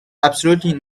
absolutely